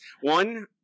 one